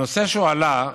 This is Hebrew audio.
הנושא שהועלה,